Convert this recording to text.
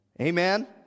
Amen